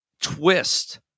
twist